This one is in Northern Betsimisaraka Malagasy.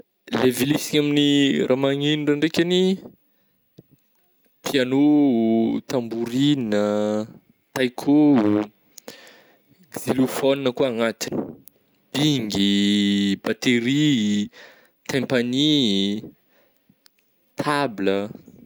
Le vilesigny amin'ny raha magneno ndra-ndraikagny piano, tamborigna, taikô xilophone koa anatigny bingy, batery, taimpagny, table.